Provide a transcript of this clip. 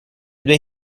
due